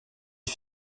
des